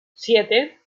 siete